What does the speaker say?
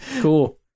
cool